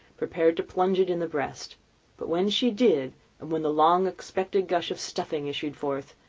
prepared to plunge it in the breast but when she did, and when the long expected gush of stuffing issued forth,